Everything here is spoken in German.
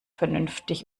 vernünftig